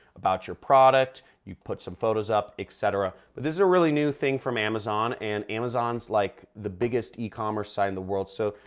about your product. you put some photos up, etc. but this is a really new thing from amazon and amazon's like the biggest e-commerce site in the world. so,